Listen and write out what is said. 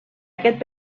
aquest